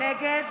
נגד